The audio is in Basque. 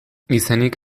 izenik